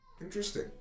Interesting